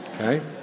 Okay